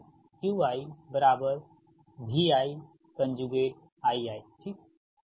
तोPi jQiVi Ii ठीक